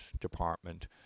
department